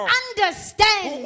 understand